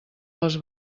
les